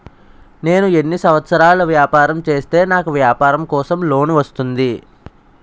నేను ఎన్ని సంవత్సరాలు వ్యాపారం చేస్తే నాకు వ్యాపారం కోసం లోన్ వస్తుంది?